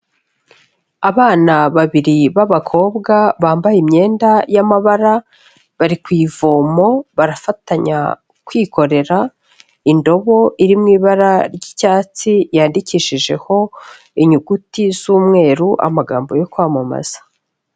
Abana babiri b'abakobwa bambaye imyenda y'amabara, bari ku ivomo, barafatanya kwikorera indobo iri mu ibara ry'icyatsi, yandikishijeho inyuguti z'umweru amagambo yo kwamamaza.